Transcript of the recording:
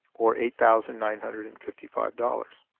or eight thousand nine hundred and fifty five dollars.